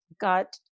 got